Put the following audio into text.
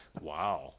Wow